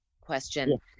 question